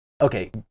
okay